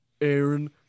Aaron